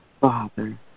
Father